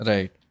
Right